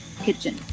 kitchen